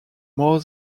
more